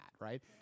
right